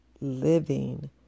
living